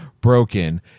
broken